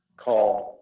called